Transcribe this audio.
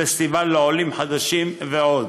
פסטיבל לעולים חדשים ועוד.